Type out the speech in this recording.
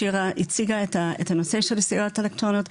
שירה הציגה את הנושא של סיגריות אלקטרוניות,